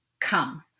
come